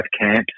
camps